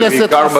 ובעיקר בתחום,